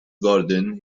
garden